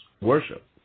worship